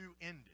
ended